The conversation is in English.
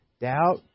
doubt